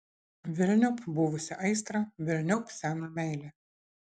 velniop buvusią aistrą velniop seną meilę